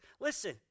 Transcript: Listen